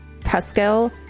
Pascal